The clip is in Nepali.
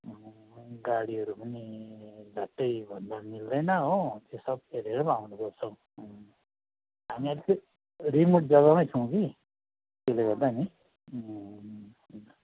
गाडीहरू पनि झट्टै भन्दा मिल्दैन हो त्यो सब हेरर पो आउन पर्छ हौ हामी अलिकति रिमोट जग्गामै छौँ कि त्यसले गर्दा नि